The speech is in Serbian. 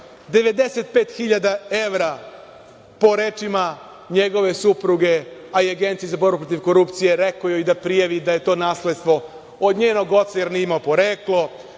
95.000 evra po rečima njegove supruge, a i Agencije za borbu protiv korupcije. Rekao joj je da prijavi da je to nasledstvo od njenog oca, jer nije imao poreklo.